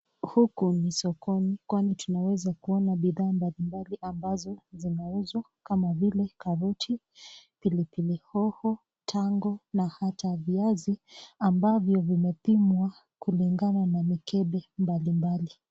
Huku ni sokoni kwani tunaweza kuona bidhaa mbalimbali ambazo zinauzwa kama vile karoti, pilipili hoho, tango na ata viazi ambavyo vimepimwa kulingana na mikebe mbalimbali.